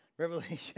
Revelation